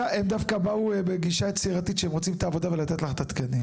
הם דווקא באו בגישה יצירתית שהם רוצים את העבודה ולתת לך את התקנים.